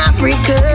Africa